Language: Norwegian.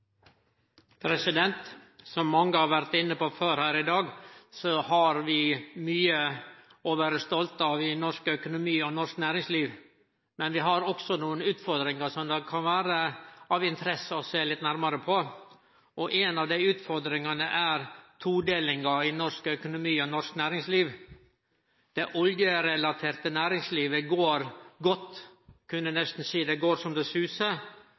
møte. Som mange har vore inne på før her i dag, har vi mykje å vere stolte av i norsk økonomi og næringsliv, men vi har også nokre utfordringar som det kan vere av interesse å sjå litt nærmare på. Ei slik utfordring er todelinga i norsk økonomi og norsk næringsliv. Det oljerelaterte næringslivet går godt – ein kunne nesten seie det går så det susar